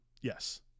Yes